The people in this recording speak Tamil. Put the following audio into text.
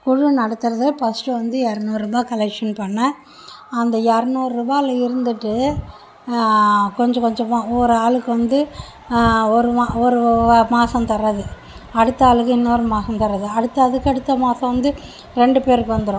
குழு நடத்துகிறது ஃபர்ஸ்ட்டு வந்து எரநூறுபா கலெக்ஷன் பண்ணேன் அந்த எரநூறுபாவில் இருந்துட்டு கொஞ்சம் கொஞ்சமாக ஒரு ஆளுக்கு வந்து ஒரு ஒரு மாதம் தர்றது அடுத்த ஆளுக்கு இன்னொரு மாதம் தர்றது அடுத்து அதுக்கடுத்த மாதம் வந்து ரெண்டு பேருக்கு வந்துடும்